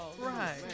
Right